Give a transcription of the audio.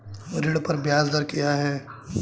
ऋण पर ब्याज दर क्या है?